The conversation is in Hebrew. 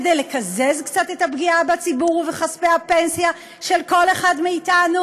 כדי לקזז קצת את הפגיעה בציבור ובכספי הפנסיה של כל אחד מאתנו?